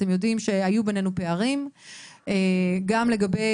אתם יודעים שהיו בינינו פערים גם לגבי